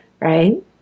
Right